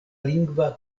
lingva